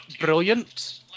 brilliant